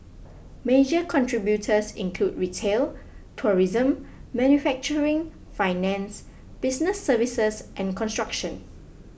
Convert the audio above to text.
major contributors include retail tourism manufacturing finance business services and construction